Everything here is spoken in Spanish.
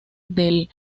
del